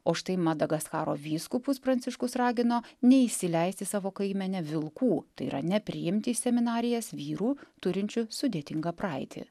o štai madagaskaro vyskupus pranciškus ragino neįsileisti į savo kaimenę vilkų tai yra nepriimti į seminarijas vyrų turinčių sudėtingą praeitį